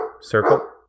circle